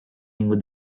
minggu